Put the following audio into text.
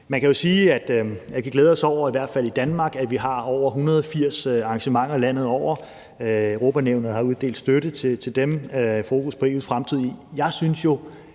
man kan jo sige, at vi kan glæde os over, at vi i hvert fald i Danmark har over 180 arrangementer landet over. Europanævnet har uddelt støtte til dem, og der er fokus på EU's fremtid. Jeg synes jo,